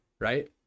right